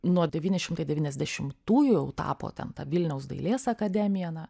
nuo devyni šimtai devyniasdešimtųjų jau tapo ten ta vilniaus dailės akademija na